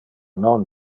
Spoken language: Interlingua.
non